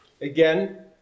Again